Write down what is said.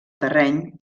terreny